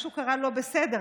קרה משהו לא בסדר.